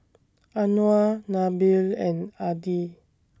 Anuar Nabil and Adi